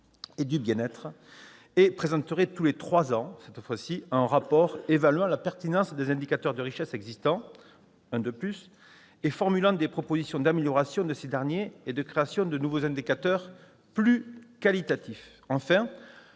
et du bien-être présente tous les trois ans un rapport- un de plus !- évaluant la pertinence des indicateurs de richesse existants et formulant des propositions d'amélioration de ces derniers et de création de nouveaux indicateurs « plus qualitatifs ».